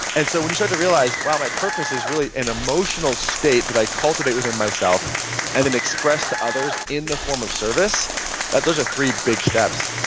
and so when you start to realize, wow, my purpose is really an emotional state that i cultivate within myself and then express to others in the form of service those are three big steps,